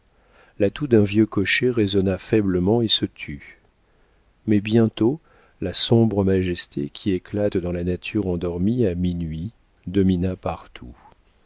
toux d'un vieux cocher résonna faiblement et se tut mais bientôt la sombre majesté qui éclate dans la nature endormie à minuit domina partout